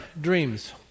dreams